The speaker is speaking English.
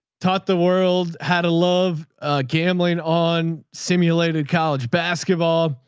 taught the world had a love gambling on simulated college basketball.